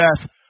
death